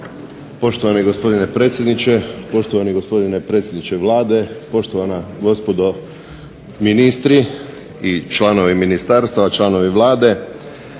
Poštovani gospodine predsjedniče, poštovani gospodine predsjedniče Vlade, poštovana gospodo ministri i članovi ministarstava, članovi Vlade.